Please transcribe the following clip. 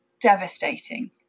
devastating